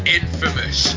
infamous